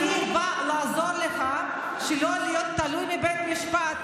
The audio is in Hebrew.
אני באה לעזור לך לא להיות תלוי בבית משפט